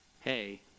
hey